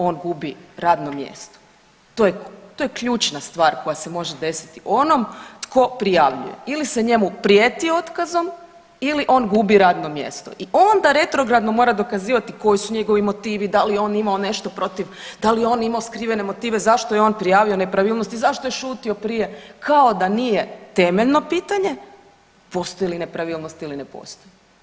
On gubi radno mjesto, to je ključna stvar koja se može desiti onom tko prijavljuje, ili se njemu prijeti otkazom ili on gubi radno mjesto i onda retrogradno mora dokazivati koji su njegovi motivi, da li je on imao nešto protiv, da li je on imao skrivene motive, zašto je on prijavio nepravilnosti, zašto je šutio prije kao da nije temeljno pitanje postoji li nepravilnost ili ne postoji.